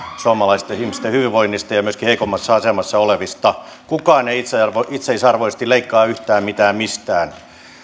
suomalaisten ihmisten hyvinvoinnista ja myöskin heikommassa asemassa olevista kukaan ei itseisarvoisesti leikkaa yhtään mitään mistään